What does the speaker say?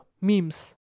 Memes